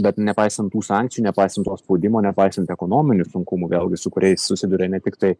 bet nepaisant tų sankcijų nepaisant to spaudimo nepaisant ekonominių sunkumų vėlgi su kuriais susiduria ne tiktai